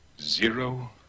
Zero